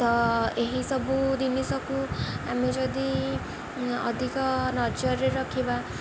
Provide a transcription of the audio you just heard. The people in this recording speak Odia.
ତ ଏହିସବୁ ଜିନିଷକୁ ଆମେ ଯଦି ଅଧିକ ନଜରରେ ରଖିବା